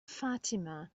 fatima